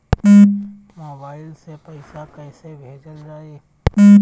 Mobile से पैसा कैसे भेजल जाइ?